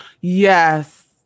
Yes